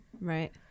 Right